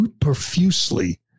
profusely